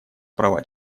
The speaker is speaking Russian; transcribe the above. права